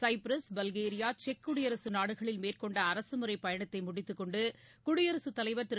Cyprus Bulgaria செக் குடியரசு நாடுகளில் மேற்கொண்ட அரசுமுறை பயணத்தை முடித்துக் கொண்டு குடியரசுத் தலைவர் திரு